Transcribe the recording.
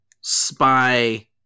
spy